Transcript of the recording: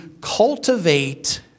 cultivate